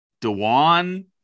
dewan